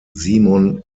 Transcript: simon